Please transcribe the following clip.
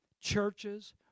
churches